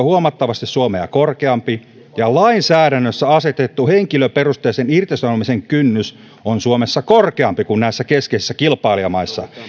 huomattavasti suomea korkeampi mutta lainsäädännössä asetettu henkilöperusteisen irtisanomisen kynnys on suomessa korkeampi kuin näissä keskeisissä kilpailijamaissa